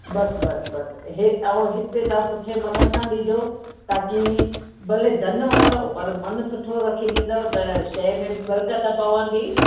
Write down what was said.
बसि बसि बसि हे आऊं हिते त ससुठे मन सां ताकी भले धन वठो पर मन सुठो रखी ॾींदो त शय मे बि बरकत पवंदी